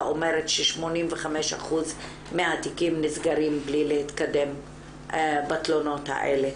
אומרת ש-85% מהתיקים נסגרים בלי להתקדם בתלונות האלה,